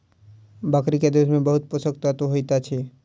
बकरी के दूध में बहुत पोषक तत्व होइत अछि